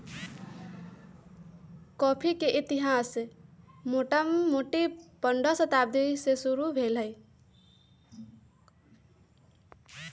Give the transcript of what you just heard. coffee के इतिहास मोटामोटी पंडह शताब्दी से शुरू भेल हइ